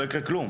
לא יקרה כלום.